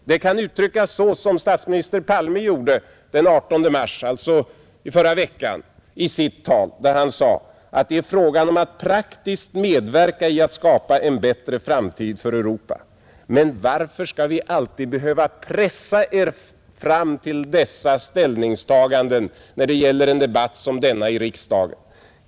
Det kan uttryckas så som statsminister Palme gjorde i sitt tal den 18 mars förra veckan, då han sade att det är fråga om att praktiskt medverka till att skapa en bättre framtid för Europa. Men varför skall vi alltid behöva pressa er fram till dessa ställningstaganden när det gäller en debatt som denna i riksdagen?